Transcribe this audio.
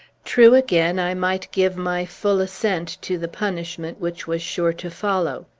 true, again, i might give my full assent to the punishment which was sure to follow.